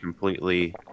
completely